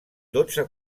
dotze